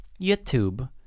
YouTube